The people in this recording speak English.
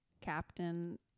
captain